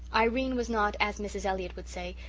irene was not as mrs. elliott would say,